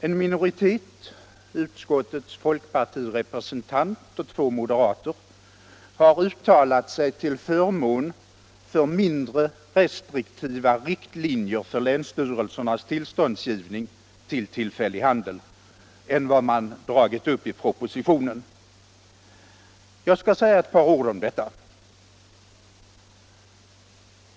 En minoritet, utskottets folkpartirepresentant och två moderater, har uttalat sig till förmån för mindre restriktiva riktlinjer för länsstyrelsernas tillståndsgivning till tillfällig handel än vad man dragit upp i propositionen. Jag skall säga ett par ord om detta.